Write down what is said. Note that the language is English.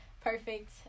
Perfect